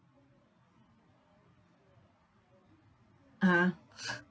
(uh huh)